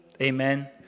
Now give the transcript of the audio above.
Amen